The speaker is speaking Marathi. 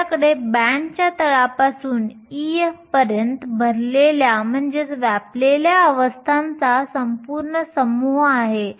आपल्याकडे बँडच्या तळापासून Ef पर्यंत भरलेल्या अवस्थांचा संपूर्ण समूह आहे